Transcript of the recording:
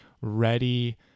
ready